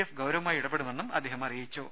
F ഗൌരവ മായി ഇടപെടുമെന്നും അദ്ദേഹം അറിയിച്ചു